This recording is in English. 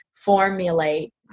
formulate